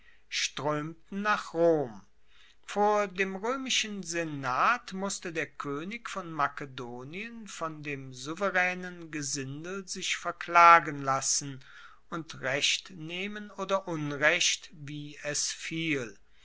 stroemten nach rom vor dem roemischen senat musste der koenig von makedonien von dem souveraenen gesindel sich verklagen lassen und recht nehmen oder unrecht wie es fiel